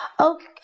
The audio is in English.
okay